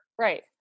Right